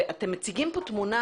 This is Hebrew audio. אתם מציגים פה תמונה